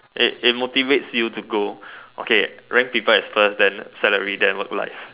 it it motivates you to go okay rank people as first then salary then work life